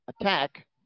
attack